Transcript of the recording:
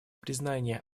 признание